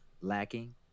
lacking